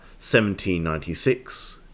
1796